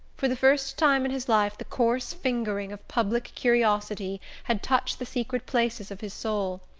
for the first time in his life the coarse fingering of public curiosity had touched the secret places of his soul,